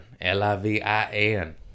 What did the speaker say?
L-I-V-I-N